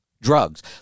Drugs